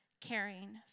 caring